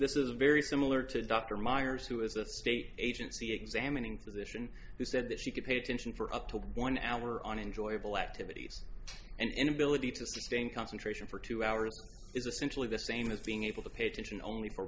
this is very similar to dr myers who is the state agency examining physician who said that she could pay attention for up to one hour on enjoyable activities and inability to sustain concentration for two hours is essentially the same as being able to pay attention only for